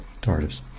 TARDIS